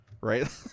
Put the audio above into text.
right